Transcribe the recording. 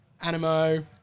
Animo